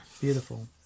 beautiful